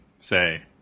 Say